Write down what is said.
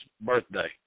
birthday